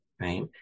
right